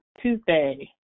Tuesday